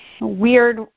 Weird